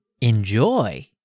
enjoy